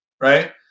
Right